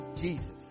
Jesus